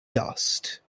dust